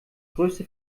größte